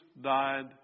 died